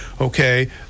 okay